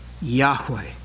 Yahweh